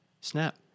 snap